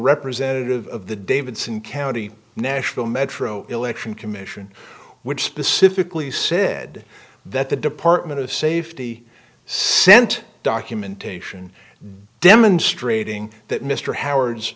representative of the davidson county national metro election commission which specifically said that the department of safety sent documentation demonstrating that mr howard's